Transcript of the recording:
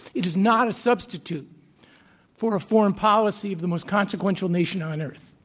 it is not a substitute for foreign policy of the most consequential nation on earth.